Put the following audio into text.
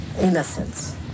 innocence